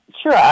Sure